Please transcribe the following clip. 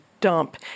dump